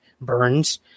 burns